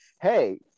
hey